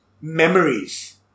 memories